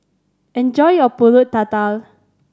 enjoy your Pulut Tatal